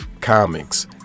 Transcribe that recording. comics